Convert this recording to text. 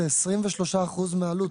זה 23 אחוזים מהעלות.